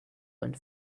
and